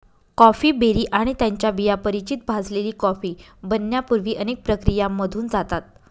coffee berry आणि त्यांच्या बिया परिचित भाजलेली कॉफी बनण्यापूर्वी अनेक प्रक्रियांमधून जातात